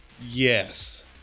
yes